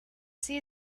see